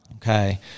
okay